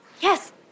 Yes